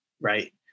right